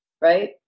right